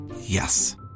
Yes